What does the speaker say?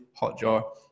Hotjar